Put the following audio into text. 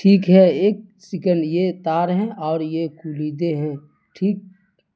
ٹھیک ہے ایک سیکنڈ یہ تار ہیں اور یہ کلیدیں ہیں ٹھیک